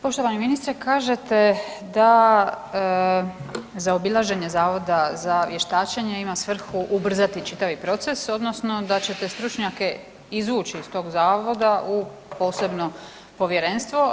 Poštovani ministre, kažete da zaobilaženje Zavoda za vještačenje ima svrhu ubrzati čitav proces, odnosno da ćete stručnjake izvući iz tog zavoda u posebno povjerenstvo.